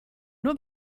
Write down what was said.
nur